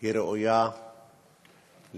היא ראויה לאי-אמון.